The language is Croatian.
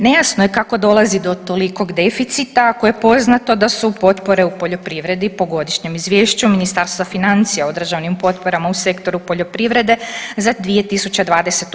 Nejasno je kako dolazi do tolikog deficita ako je poznato da su potpore u poljoprivredi po godišnjem izvješću Ministarstva financija o državnim potporama u sektoru poljoprivrede za 2020.